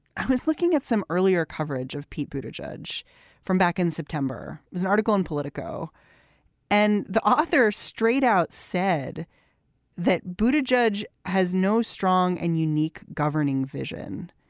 i was looking at some earlier coverage of pete boot a judge from back in september. there's an article in politico and the author straight out said that boot a judge has no strong and unique governing vision.